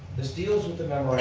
this deals with the